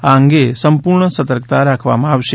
આ અંગે સંપૂર્ણ સર્તકતા રાખવામાં આવશે